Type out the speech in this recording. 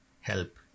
help